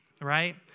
right